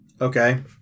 Okay